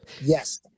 Yes